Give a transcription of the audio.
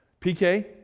PK